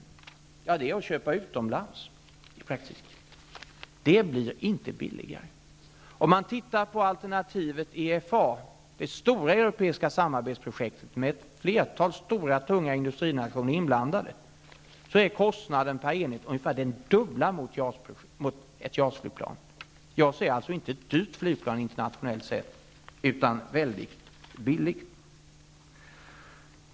Det blir i praktiken att köpa utomlands. Det blir inte billigare. Om vi tittar på alternativet med det stora europeiska samarbetsprojektet med ett flertal stora tunga industrinationer inblandade, är kostnaden per enhet ungefär den dubbla mot ett JAS-flygplan. JAS är alltså inget dyrt flygplan internationellt sett, utan mycket billigt.